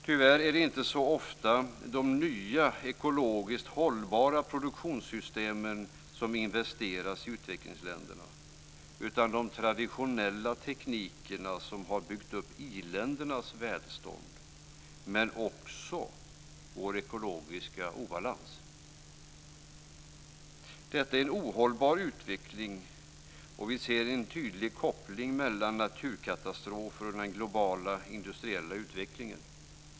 Tyvärr är det inte så ofta de nya ekologiskt hållbara produktionssystemen som investeras i utvecklingsländerna utan de traditionella teknikerna som har byggt upp i-ländernas välstånd, men också vår ekologiska obalans. Detta är en ohållbar utveckling, och vi ser en tydlig koppling mellan naturkatastrofer och den globala industriella utvecklingen.